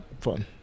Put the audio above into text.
fun